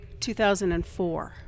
2004